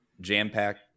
jam-packed